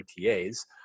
OTAs